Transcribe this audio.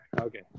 Okay